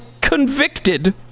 convicted